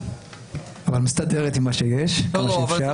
היא מסתדרת עם מה שיש, עד כמה שאפשר.